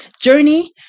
journey